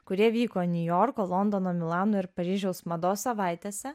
kurie vyko niujorko londono milano ir paryžiaus mados savaitėse